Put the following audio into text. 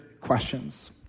questions